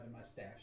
mustache